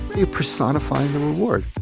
you personify the reward.